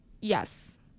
Yes